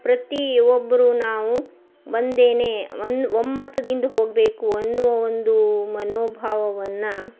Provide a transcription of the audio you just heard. ಪ್ರತಿ ಒಬ್ಬರು ನಾವು ಒಂದೇನೇ ಒನ್ ಒಮ್ಮತದಿಂದ ಹೋಗಬೇಕು ಅನ್ನುವ ಒಂದು ಮನೋಭಾವವನ್ನು